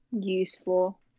Useful